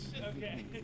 Okay